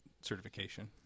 certification